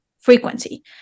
frequency